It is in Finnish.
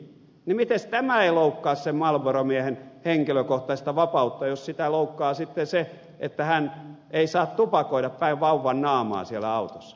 mitenkäs tämä ei loukkaa sen marlboro miehen henkilökohtaista vapautta jos sitä loukkaa sitten se että hän ei saa tupakoida päin vauvan naamaa siellä autossa